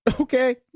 okay